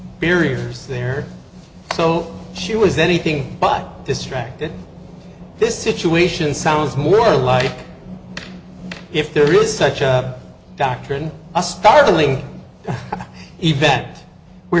periods there so she was anything but distracted this situation sounds more like if there is such a doctrine a startling event where